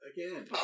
Again